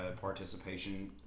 participation